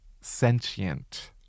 sentient